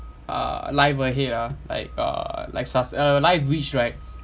uh life ahead ah like uh like succ~ uh life wish right